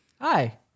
Hi